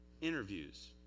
interviews